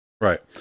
right